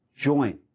join